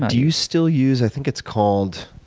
do you still use i think it's called